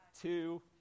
two